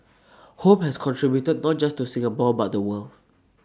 home has contributed not just to Singapore but the world